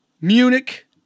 Munich